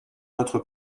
notre